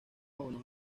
buenos